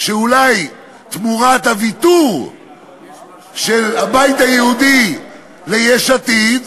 שאולי תמורת הוויתור של הבית היהודי ליש עתיד,